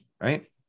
Right